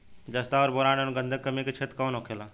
जस्ता और बोरान एंव गंधक के कमी के क्षेत्र कौन होखेला?